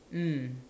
mm